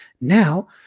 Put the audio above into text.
Now